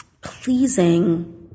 pleasing